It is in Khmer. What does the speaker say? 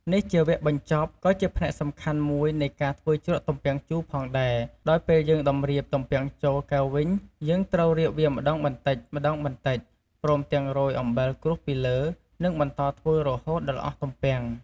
នេះជាវគ្គបញ្ចប់ ក៏ជាផ្នែកសំខាន់មួយនៃការធ្វើជ្រក់ទំពាំងជូរផងដែរ ដោយពេលយើងតម្រៀបទំពាំងចូលកែវវិញ យើងត្រូវរៀបវាម្ដងបន្តិចៗ ព្រមទាំងរោយអំបិលក្រួសពីលើ និងបន្តធ្វើរហូតដល់អស់ទំពាំង។